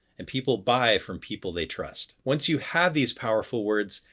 and people buy from people they trust. once you have these powerful words,